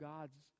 God's